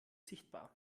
sichtbar